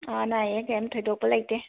ꯑꯥ ꯑꯅꯥ ꯑꯌꯦꯛ ꯀꯔꯤꯝ ꯊꯣꯏꯗꯣꯛꯄ ꯂꯩꯇꯦ